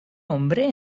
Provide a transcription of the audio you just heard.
hombre